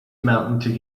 mountain